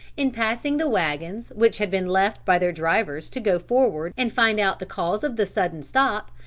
in passing the wagons which had been left by their drivers to go forward and find out the cause of the sudden stop,